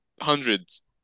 hundreds